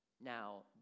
Now